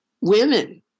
women